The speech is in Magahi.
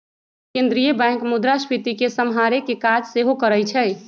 केंद्रीय बैंक मुद्रास्फीति के सम्हारे के काज सेहो करइ छइ